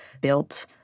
built